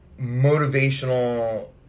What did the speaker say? motivational